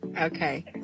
Okay